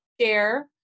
share